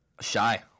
Shy